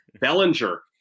Bellinger